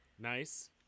Nice